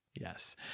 Yes